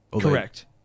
Correct